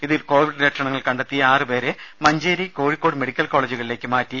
ഇതിൽ കോവിഡ് ലക്ഷണങ്ങൾ കണ്ടെത്തിയ ആറ് പേരെ മഞ്ചേരി കോഴിക്കോട് മെഡിക്കൽ കോളജുകളിലേക്ക് മാറ്റി